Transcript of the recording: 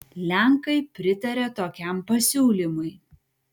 lenkai pritarė tokiam pasiūlymui